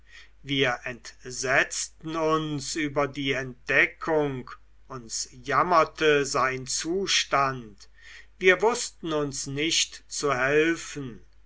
wir entsetzten uns über die entdeckung uns jammerte sein zustand wir wußten uns nicht zu helfen